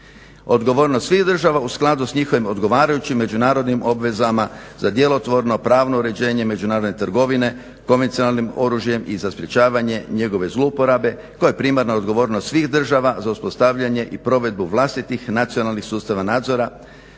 odgovornost svih država u skladu s njihovim odgovarajućim međunarodnim obvezama za djelotvorno, pravno uređenje međunarodne trgovine komercijalnim oružjem i za sprječavanjem njegove zlouporabe koja je primarna odgovornost svih država za uspostavljanje i provedbu vlastitih nacionalnih sustava nadzora,